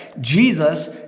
Jesus